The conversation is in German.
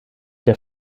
der